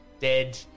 dead